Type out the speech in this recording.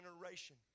generation